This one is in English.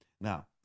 now